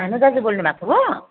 भानु दाजु बोल्नु भएको हो